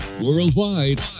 Worldwide